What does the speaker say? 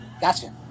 Gotcha